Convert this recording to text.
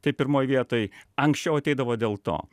tai pirmoj vietoj anksčiau ateidavo dėl to